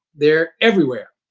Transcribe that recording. they're everywhere.